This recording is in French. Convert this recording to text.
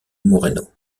moreno